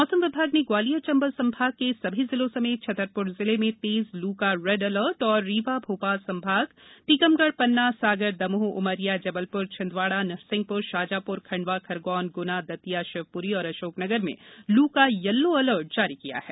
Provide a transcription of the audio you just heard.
मौसम विभाग न ग्वालियर चंबल संभाग क सभी जिलों समप्र छतरप्र जिल में तम्र लू का रछ अलर्ट और रीवा भोपाल संभाग टीकमढ़ पन्ना सागर दमोह उमरिया जबलपुर छिंदवाड़ा नरसिंहपुर शाजापुर खंडवा खरगौन गुना दतिया शिवपुरी अशोकनगर में लू का यलो अलर्ट जारी किया है